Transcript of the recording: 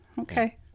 Okay